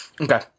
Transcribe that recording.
Okay